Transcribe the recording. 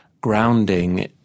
grounding